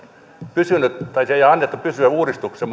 pysynyt tai sen ei ole annettu pysyä uudistuksen